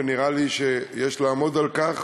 ונראה לי שיש לעמוד על כך,